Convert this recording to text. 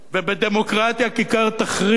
בדמוקרטיה כיכר תחריר,